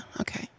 Okay